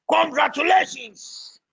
congratulations